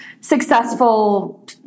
successful